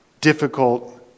difficult